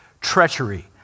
treachery